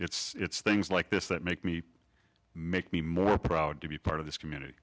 it's things like this that make me make me more proud to be part of this community